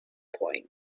point